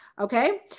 Okay